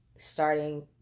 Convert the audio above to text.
starting